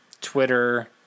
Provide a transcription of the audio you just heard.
Twitter